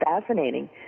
fascinating